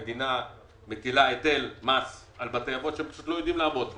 המדינה מטילה היטל על בתי האבות שהם פשוט לא יודעים לעמוד בו.